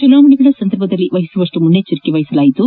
ಚುನಾವಣೆಗಳ ಸಂದರ್ಭದಲ್ಲಿ ವಹಿಸುವಷ್ಟು ಮುನ್ನೆಚ್ಚರಿಕೆ ವಹಿಸಲಾಯಿತು